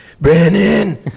Brandon